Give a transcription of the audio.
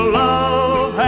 love